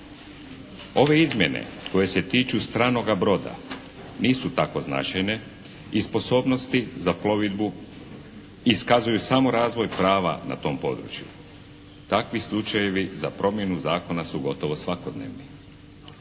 Ove izmjene koje se tiču stranoga broda nisu tako značajne i sposobnosti za plovidbu iskazuju samo razvoj prava na tom području. Takvi slučajevi za promjenu zakona su gotovo svakodnevni.